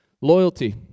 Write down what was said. Loyalty